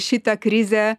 šitą krizę